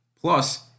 Plus